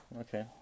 Okay